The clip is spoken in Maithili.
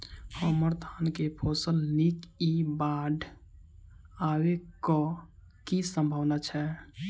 हम्मर धान केँ फसल नीक इ बाढ़ आबै कऽ की सम्भावना छै?